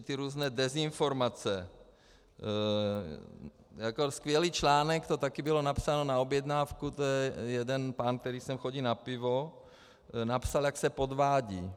Ty různé dezinformace, jako skvělý článek, to také bylo napsáno na objednávku, jeden pán, který sem chodí na pivo, napsal, jak se podvádí.